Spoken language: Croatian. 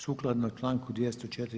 Sukladno članku 204.